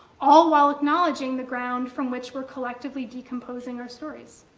all while acknowledging the ground from which we're collectively decomposing our stories.